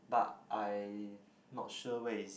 but I not sure where is